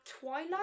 twilight